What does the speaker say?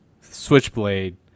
Switchblade